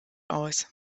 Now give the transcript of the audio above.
aus